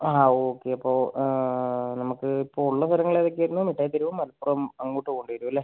ആ ഓക്കെ അപ്പോൾ നമുക്ക് ഇപ്പോൾ ഉള്ള സ്ഥലങ്ങള് ഏതൊക്കെ ആയിരുന്നു മിട്ടായി തെരുവ് മലപ്പുറം അങ്ങോട്ട് പോകേണ്ടി വരും അല്ലേ